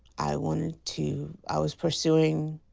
i wanted to. i was pursuing.